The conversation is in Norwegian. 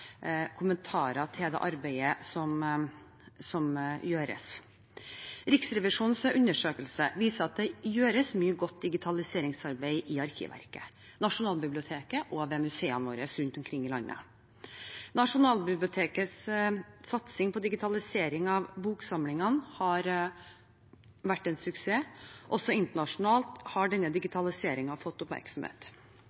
kommentarer til det arbeidet som gjøres. Riksrevisjonens undersøkelse viser at det gjøres mye godt digitaliseringsarbeid i Arkivverket, Nasjonalbiblioteket og ved museene våre rundt omkring i landet. Nasjonalbibliotekets satsing på digitalisering av boksamlingen har vært en suksess. Også internasjonalt har denne